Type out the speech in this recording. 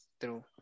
True